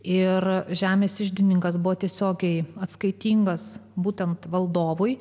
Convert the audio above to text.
ir žemės iždininkas buvo tiesiogiai atskaitingas būtent valdovui